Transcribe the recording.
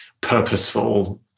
purposeful